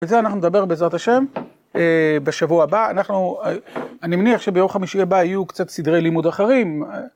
וזה אנחנו נדבר בעזרת השם בשבוע הבא, אנחנו, אני מניח שביום חמישי הבא יהיו קצת סדרי לימוד אחרים.